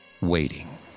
waiting